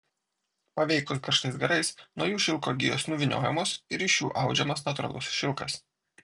paveikus karštais garais nuo jų šilko gijos nuvyniojamos ir iš jų audžiamas natūralus šilkas